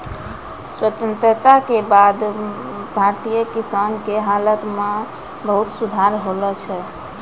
स्वतंत्रता के बाद भारतीय किसान के हालत मॅ बहुत सुधार होलो छै